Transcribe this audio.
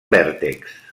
vèrtexs